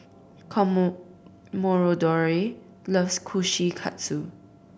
Commodore loves Kushikatsu